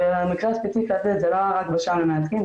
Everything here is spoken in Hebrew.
במקרה הספציפי הזה זה לא היה רק בשע"ם למייצגים,